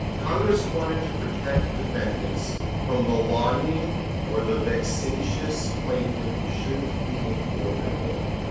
congress wanted to protect defendants from the lying or the vexatious plaintiff who shouldn't be in court at all.